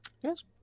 Yes